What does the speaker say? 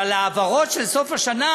אבל ההעברות של סוף השנה,